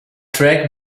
track